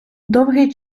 довгий